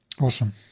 Awesome